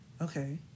Okay